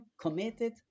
committed